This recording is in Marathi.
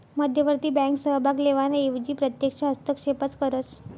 मध्यवर्ती बँक सहभाग लेवाना एवजी प्रत्यक्ष हस्तक्षेपच करस